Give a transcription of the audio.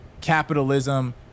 capitalism